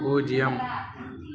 பூஜ்ஜியம்